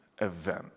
event